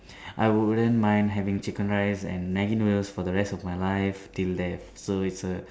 I wouldn't mind having chicken rice and Maggi noodles for the rest of my life till left so it's a